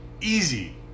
easy